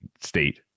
state